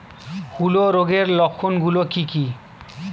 হূলো রোগের লক্ষণ গুলো কি কি?